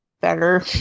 better